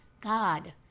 god